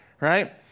right